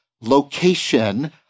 location